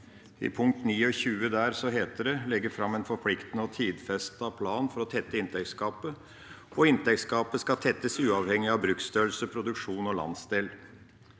I punkt 29 står det: «legge frem en forpliktende og tidfestet plan (…) for å tette inntektsgapet (…). Inntektsgapet skal tettes uavhengig av bruksstørrelse, produksjon og landsdel.»